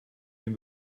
dem